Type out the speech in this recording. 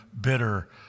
bitter